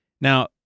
Now